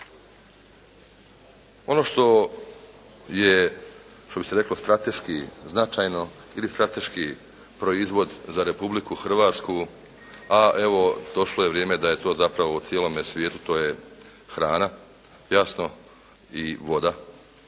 Ono što je što bi se reklo strateški značajno, ili strateški proizvod za Republiku Hrvatsku a evo došlo je vrijeme da je zapravo u cijelome svijetu to je hrana jasno i voda,